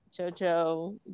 jojo